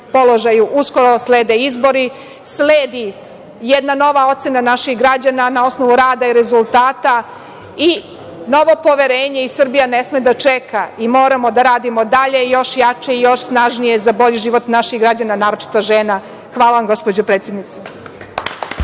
slede izbori, sledi jedna nova ocena naših građana na osnovu rada i rezultata i novo poverenje. Srbija ne sme da čeka, moramo da radimo dalje, još jače i još snažnije, za bolji život naših građana, naročito žena. Hvala vam. **Maja Gojković**